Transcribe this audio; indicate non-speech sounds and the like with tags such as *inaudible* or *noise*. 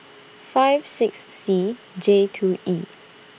*noise* five six C J two E